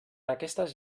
aquestes